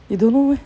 you don't know meh